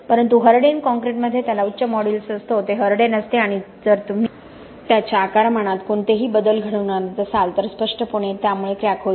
परंतु हर्डेन कॉंक्रिटमध्ये त्याला उच्च मॉड्यूलस असतो ते हर्डेन असते आणि जर तुम्ही त्याच्या अकरमानात कोणतेही बदल घडवून आणत असाल तर स्पष्टपणे त्यामुळे क्रॅक होईल